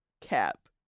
Cap